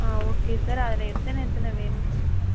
ஆ okay sir அதில் எத்தனை எத்தனை வேணும்னு சொல்லுங்கள் சார்